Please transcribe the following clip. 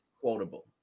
quotable